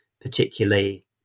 particularly